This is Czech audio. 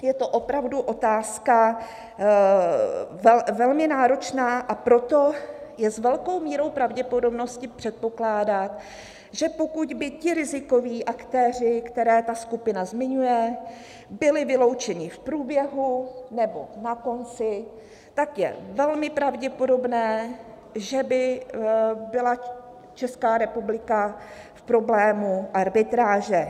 Je to opravdu otázka velmi náročná, a proto lze s velkou mírou pravděpodobnosti předpokládat, že pokud by ti rizikoví aktéři, které ta skupina zmiňuje, byli vyloučeni v průběhu nebo na konci, tak je velmi pravděpodobné, že by byla Česká republika v problému arbitráže.